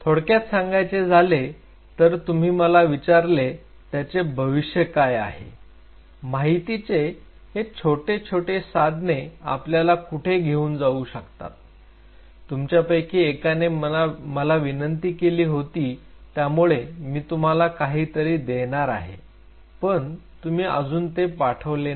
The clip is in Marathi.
थोडक्यात सांगायचे झाले तर जर तुम्ही मला विचारले त्याचे भविष्य काय आहे माहितीचे हे छोटे छोटे साधने आपल्याला कुठे घेऊन जाऊ शकतात तुमच्या पैकी एकाने मला विनंती केली होती त्यामुळे मी तुम्हाला काहीतरी देणार आहे पण तुम्ही अजून ते पाठवले नाही